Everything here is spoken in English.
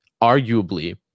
arguably